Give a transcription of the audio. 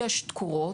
יש תקורות,